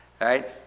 right